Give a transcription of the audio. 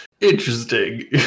Interesting